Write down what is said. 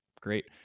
Great